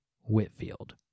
Whitfield